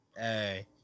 Hey